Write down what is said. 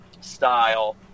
style